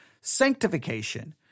sanctification